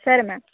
సరే మేడమ్